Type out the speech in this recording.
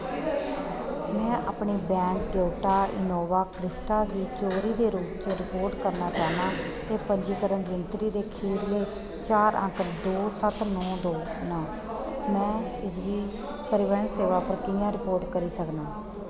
में अपने van Toyota Innova Crysta गी चोरी दे रूप च रपोर्ट करना चाह्न्नां ते पंजीकरण गिनतरी दे खीरले चार अंक दो सत्त नौ दो न में इसगी परिवहन सेवा पर कि'यां रपोर्ट करी सकनां